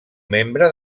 membre